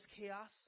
chaos